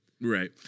Right